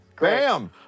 Bam